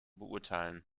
beurteilen